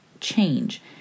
change